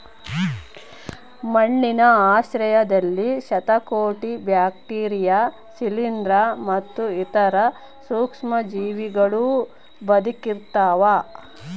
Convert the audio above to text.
ಮಣ್ಣಿನ ಆಶ್ರಯದಲ್ಲಿ ಶತಕೋಟಿ ಬ್ಯಾಕ್ಟೀರಿಯಾ ಶಿಲೀಂಧ್ರ ಮತ್ತು ಇತರ ಸೂಕ್ಷ್ಮಜೀವಿಗಳೂ ಬದುಕಿರ್ತವ